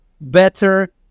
better